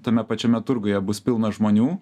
tame pačiame turguje bus pilna žmonių